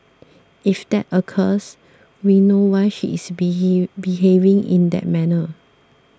if that occurs we know why she is behave behaving in that manner